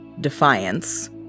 Defiance